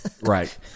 Right